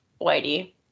whitey